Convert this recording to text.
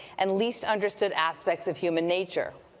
and least understood aspects of human nature.